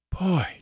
Boy